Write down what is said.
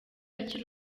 akiri